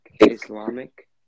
Islamic